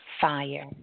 fire